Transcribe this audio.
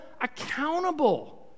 accountable